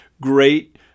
great